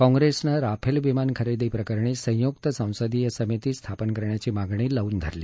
कॉप्रेसनं राफेल विमान खरेदी प्रकरणी संयुक्त संसदीय समिती स्थापन करण्याची मागणी लावून धरली